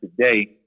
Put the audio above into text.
today